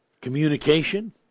communication